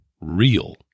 real